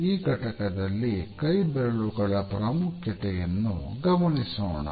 ಈ ಘಟಕದಲ್ಲಿ ಕೈಬೆರಳುಗಳ ಪ್ರಾಮುಖ್ಯತೆಯನ್ನು ಗಮನಿಸೋಣ